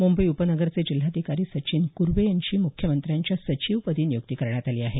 मुंबई उपनगरचे जिल्हाधिकारी सचिन कुर्वे यांची मुख्यमंत्र्यांच्या सचिवपदी नियुक्ती करण्यात आली आहे